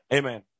Amen